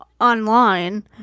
online